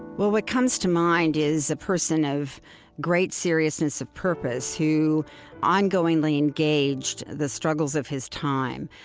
well, what comes to mind is a person of great seriousness of purpose who ongoingly engaged the struggles of his time,